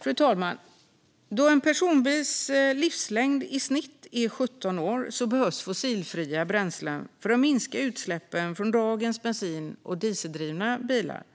Fru talman! Då en personbils livslängd i snitt är 17 år behövs fossilfria bränslen för att minska utsläppen från dagens bensin och dieseldrivna bilar.